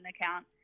account